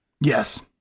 Yes